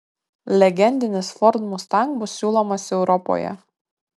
legendinis ford mustang bus siūlomas europoje